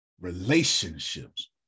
relationships